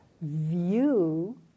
view